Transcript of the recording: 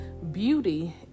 Beauty